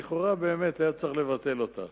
לכאורה באמת היה צריך לבטל אותה,